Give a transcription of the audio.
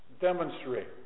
demonstrate